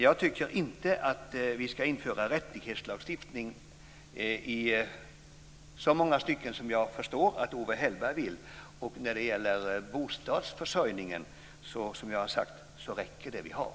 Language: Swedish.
Jag tycker inte att vi ska införa rättighetslagstiftning i så många stycken som jag förstår att Owe Hellberg vill. När det gäller bostadsförsörjningen räcker, som jag har sagt, det vi har.